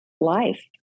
life